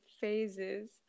phases